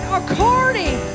according